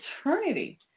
eternity